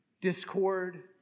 discord